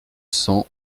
cents